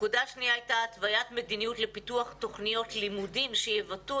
נקודה שנייה הייתה התווית מדיניות לפיתוח תוכניות לימודים שיבטאו